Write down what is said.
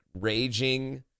raging